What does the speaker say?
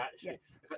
yes